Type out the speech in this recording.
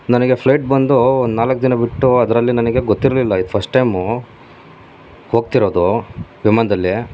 ನನಗೆ ಫ್ಲೈಟ್ ಬಂದು ಒಂದು ನಾಲ್ಕು ದಿನ ಬಿಟ್ಟು ಅದರಲ್ಲಿ ನನಗೆ ಗೊತ್ತಿರಲಿಲ್ಲ ಇದು ಫಸ್ಟ್ ಟೈಮು ಹೋಗ್ತಿರೋದು ವಿಮಾನದಲ್ಲಿ